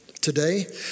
Today